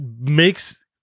makes